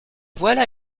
voilà